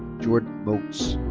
jordan moats.